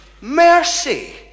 Mercy